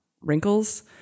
wrinkles